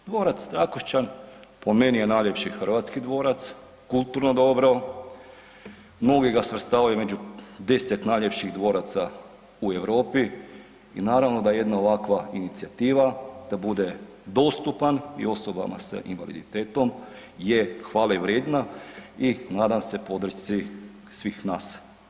Dvorac Trakošćan po meni je najljepši hrvatski dvorac, kulturno dobro, mnogi ga svrstavaju među 10 najljepših dvoraca u Europi i naravno da jedna ovakva inicijativa da bude dostupan i osobama sa invaliditetom je hvale vrijedna i nadam se podršci svih nas.